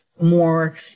more